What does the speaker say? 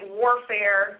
warfare